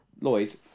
Lloyd